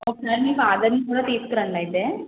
ఒకసారి మీ ఫాదర్ని కూడా తీసుకురండి అయితే